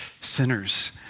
sinners